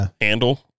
handle